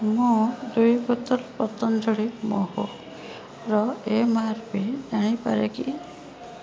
ମୁଁ ଦୁଇ ବୋତଲ ପତଞ୍ଜଳି ମହୁର ଏମ୍ ଆର୍ ପି ଜାଣିପାରେ କି